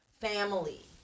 family